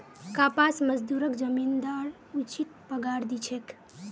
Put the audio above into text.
कपास मजदूरक जमींदार उचित पगार दी छेक